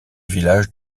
village